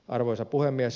arvoisa puhemies